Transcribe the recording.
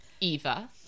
Eva